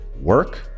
work